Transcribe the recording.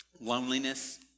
loneliness